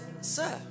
sir